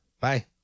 Bye